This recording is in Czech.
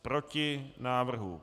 Proti návrhu.